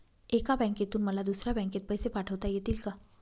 एका बँकेतून मला दुसऱ्या बँकेत पैसे पाठवता येतील का?